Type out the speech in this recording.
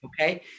Okay